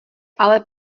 ale